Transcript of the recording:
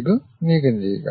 ഇത് നീക്കംചെയ്യുക